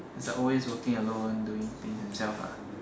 he's like always working alone doing things himself lah